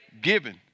given